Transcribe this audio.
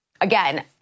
Again